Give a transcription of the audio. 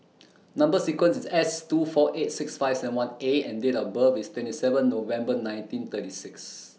Number sequence IS S two four eight six five seven one A and Date of birth IS twenty seven November nineteen thirty six